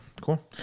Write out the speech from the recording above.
cool